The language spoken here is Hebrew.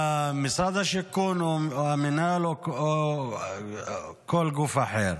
משרד השיכון או המינהל או כל גוף אחר.